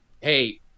Hey